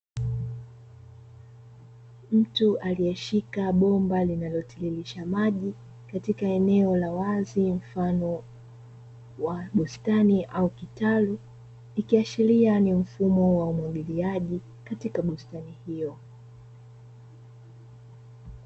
Mtu akiyeshika bomba linalotenganisha maji katika eneo la wazi mfano wa bustani au kitalu, ikiashiria ni mfumo wa umwagiliaji katika bustani hiyo.